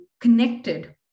connected